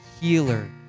healer